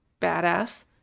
badass